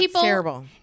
terrible